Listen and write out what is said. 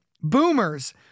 boomers